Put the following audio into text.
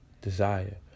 Desire